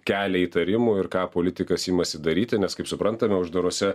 kelia įtarimų ir ką politikas imasi daryti nes kaip suprantame uždaruose